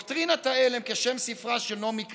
הביטוי "דוקטרינת ההלם", כשם ספרה של נעמי קליין,